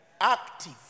active